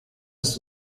ist